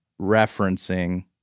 referencing